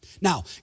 Now